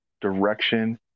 direction